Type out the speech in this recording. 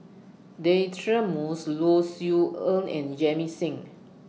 Deirdre Moss Low Siew Nghee and Jamit Singh